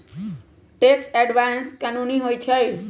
tax avoidance कानूनी होइ छइ